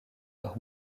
leur